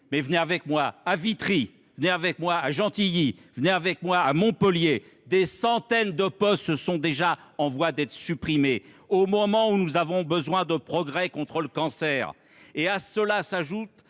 Mais venez avec moi à Vitry, à Gentilly, ou à Montpellier : des centaines de postes sont déjà en voie d’être supprimés au moment où nous avons besoin de progrès contre le cancer ! À cela s’ajoute